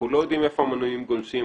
אנחנו לא יודעים איפה המנויים גולשים,